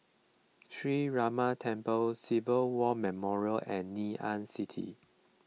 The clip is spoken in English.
Sree Ramar Temple Civilian War Memorial and Ngee Ann City